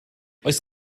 oes